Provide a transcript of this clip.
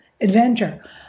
adventure